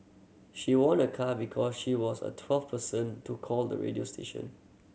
she won a car because she was a twelve person to call the radio station